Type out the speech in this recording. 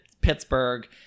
Pittsburgh